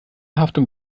haftung